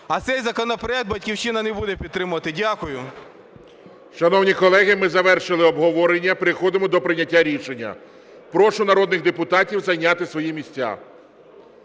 А цей законопроект "Батьківщина" не буде підтримувати. Дякую. ГОЛОВУЮЧИЙ. Шановні колеги, ми завершили обговорення, переходимо до прийняття рішення. Прошу народних депутатів зайняти свої місця.